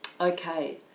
okay